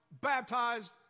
baptized